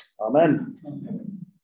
Amen